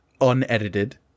unedited